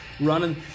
running